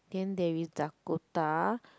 then there is Dakota